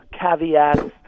caveats